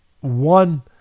one